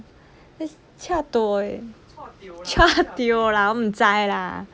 eh chua tio lah mm zai lah